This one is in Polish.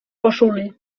koszuli